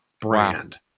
brand